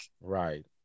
right